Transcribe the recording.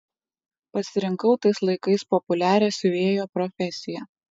pasirinkau tais laikais populiarią siuvėjo profesiją